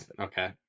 okay